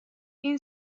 این